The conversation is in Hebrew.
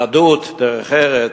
יהדות, דרך ארץ,